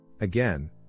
Again